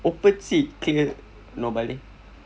open sea